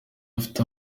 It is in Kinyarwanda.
afite